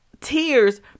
tears